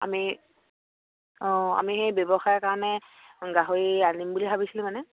আমি অঁ আমি সেই ব্যৱসায়ৰ কাৰণে গাহৰি আনিম বুলি ভাবিছিলোঁ মানে